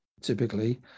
typically